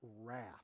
wrath